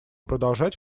продолжать